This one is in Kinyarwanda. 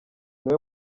niwe